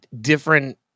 different